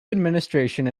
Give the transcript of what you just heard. administration